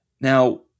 now